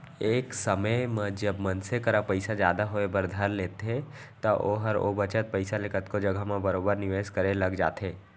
एक समे म जब मनसे करा पइसा जादा होय बर धर लेथे त ओहर ओ बचत पइसा ले कतको जघा म बरोबर निवेस करे लग जाथे